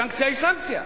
הסנקציה היא סנקציה.